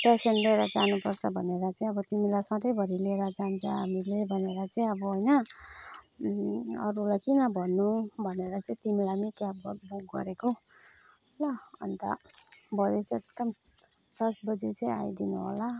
patient लिएर जानुपर्छ भनेर चाहिँ अब तिमीलाई सधैँभरि लिएर जान्छ हामीहरूले भनेर चाहिँ अब होइन अरूलाई किन भन्नु भनेर चाहिँ तिमीलाई नै क्याब बुक गरेको ल अन्त भोलि चाहिँ एकदम दस बजे चाहिँ आइदिनु होला